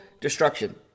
destruction